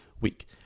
week